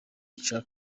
ica